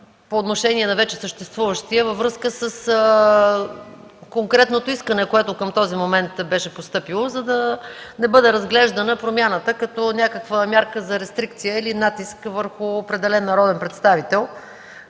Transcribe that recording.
по отношение на вече съществуващия във връзка с конкретното искане, което към този момент беше постъпило, за да не бъде разглеждана промяната като някаква мярка за рестрикция или натиск върху определен народен представител,